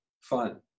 fun